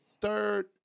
third